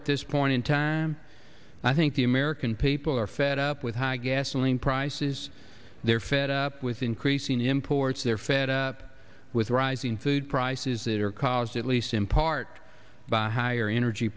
at this point in time i think the american people are fed up with high gasoline prices they're fed up with increasing imports they're fed up with rising food prices that are cars at least in part by higher energy